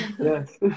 Yes